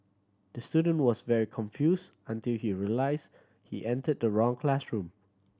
the student was very confuse until he realise he enter the wrong classroom